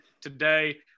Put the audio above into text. today